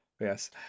Yes